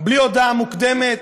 בלי הודעה מוקדמת,